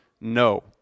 no